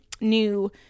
new